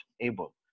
able